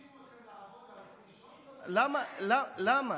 השאירו אתכם לעבוד והלכו לישון, למה עכשיו?